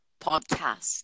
podcast